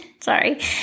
Sorry